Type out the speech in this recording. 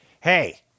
hey